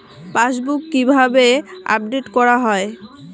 Passbook কিভাবে update করা হয়?